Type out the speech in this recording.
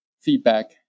feedback